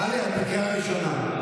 טלי, את בקריאה ראשונה.